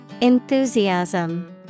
Enthusiasm